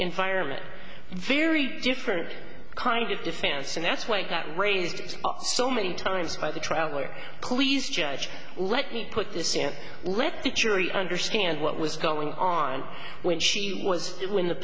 environment very different kind of defense and that's why i got raised so many times by the traveler please judge let me put this in let the jury understand what was going on when she was when the